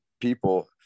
people